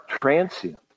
transient